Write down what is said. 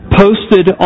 posted